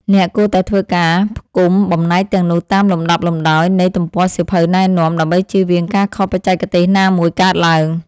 អ្នកគួរតែធ្វើការផ្គុំបំណែកទាំងនោះតាមលំដាប់លំដោយនៃទំព័រសៀវភៅណែនាំ ដើម្បីជៀសវាងការខុសបច្ចេកទេសណាមួយកើតឡើង។